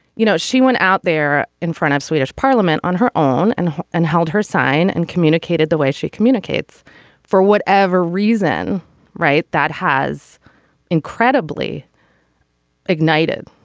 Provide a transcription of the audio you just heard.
you know she went out there in front of swedish parliament on her own and and held her sign and communicated the way she communicates for whatever whatever reason right. that has incredibly ignited.